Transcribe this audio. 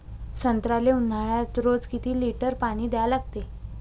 संत्र्याले ऊन्हाळ्यात रोज किती लीटर पानी द्या लागते?